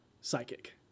psychic